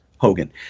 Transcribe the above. Hogan